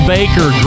Baker